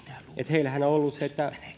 heillähän on ollut se että